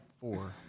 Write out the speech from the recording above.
four